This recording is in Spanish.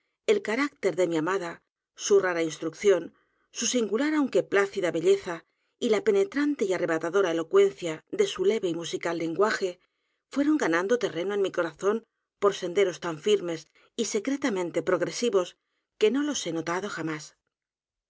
el carácter de mi amada su rara instrucción su singular aunque plácida belleza y la penetrante y arrebatadora elocuencia de su leve y musical lenguaje fueron ganando terreno en mi corazón por senderos tan firmes y secretamente progresivos que no los he notado jamás